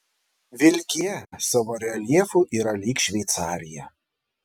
vilkija savo reljefu yra lyg šveicarija